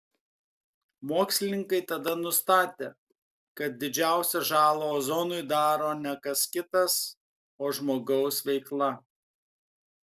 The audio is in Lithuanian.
mokslininkai tada nustatė kad didžiausią žalą ozonui daro ne kas kitas o žmogaus veikla